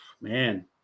man